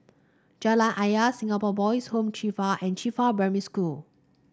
Jalan Ayer Singapore Boys' Home Qifa and Qifa Primary School